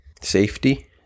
safety